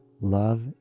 Love